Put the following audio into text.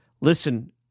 listen